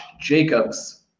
jacobs